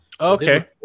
Okay